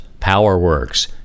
PowerWorks